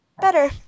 better